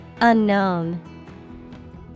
Unknown